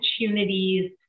opportunities